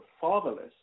fatherless